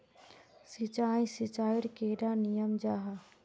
सिंचाई सिंचाईर कैडा नियम जाहा?